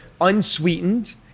unsweetened